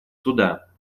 суда